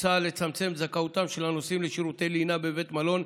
מוצע לצמצם את זכאותם של הנוסעים לשירותי לינה בבית מלון,